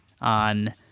on